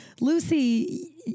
lucy